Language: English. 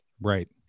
Right